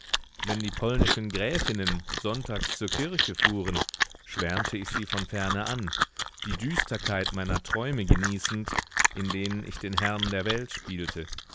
wenn die polnischen gräfinnen sonntags zur kirche fuhren schwärmte ich sie von ferne an die düsterkeit meiner träume genießend in denen ich den herrn der welt spielte